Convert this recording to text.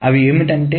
అవి ఏమిటంటే